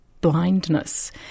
blindness